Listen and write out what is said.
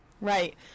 Right